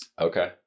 Okay